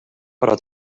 però